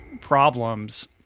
problems